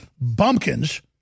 bumpkins